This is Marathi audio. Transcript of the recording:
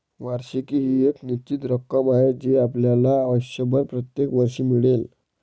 वार्षिकी ही एक निश्चित रक्कम आहे जी आपल्याला आयुष्यभर प्रत्येक वर्षी मिळेल